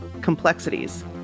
complexities